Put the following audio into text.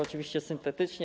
Oczywiście syntetycznie.